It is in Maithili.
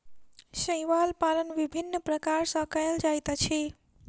शैवाल पालन विभिन्न प्रकार सॅ कयल जाइत अछि